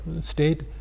state